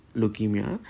leukemia